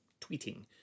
tweeting